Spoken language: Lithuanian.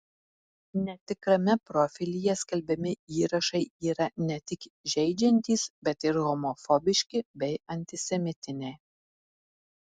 netikrame profilyje skelbiami įrašai yra ne tik žeidžiantys bet ir homofobiški bei antisemitiniai